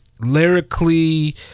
Lyrically